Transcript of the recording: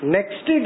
Next